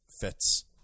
fits